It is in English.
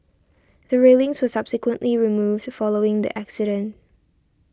the railings were subsequently removed to following the accident